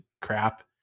crap